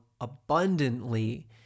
abundantly